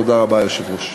תודה רבה, היושב-ראש.